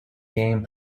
game